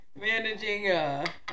managing